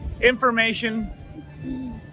information